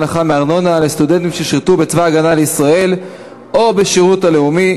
הנחה בארנונה לסטודנטים ששירתו בצבא הגנה לישראל או בשירות לאומי),